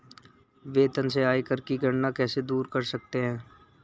वेतन से आयकर की गणना कैसे दूर कर सकते है?